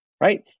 right